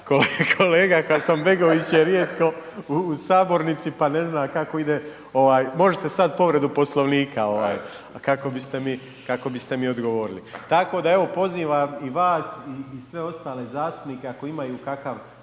kolega Hasanbegović je rijetko u sabornici, pa ne zna kako ide ovaj, možete sad povredu Poslovnika kako biste mi odgovorili. Tako da evo, pozivam i vas i sve ostale zastupnike ako imaju kakav